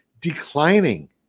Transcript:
declining